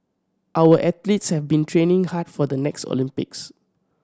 our athletes have been training hard for the next Olympics